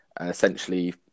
essentially